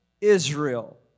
Israel